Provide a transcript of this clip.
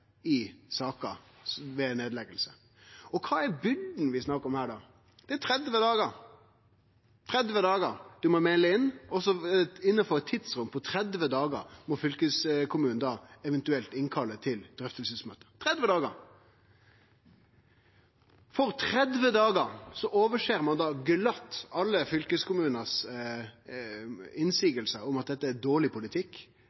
i saker ved nedleggingar. Og kva er den byrda vi snakkar om her? Det er 30 dagar – 30 dagar du må melde inn, og så må fylkeskommunen innanfor eit tidsrom på 30 dagar eventuelt kalle inn til drøftingsmøte – 30 dagar! Og for 30 dagar overser ein glatt alle